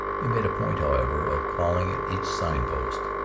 he made a point, however, of calling at each sign-post,